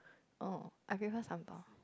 oh I prefer sambal